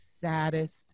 saddest